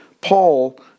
Paul